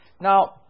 Now